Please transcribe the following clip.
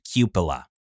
cupola